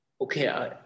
Okay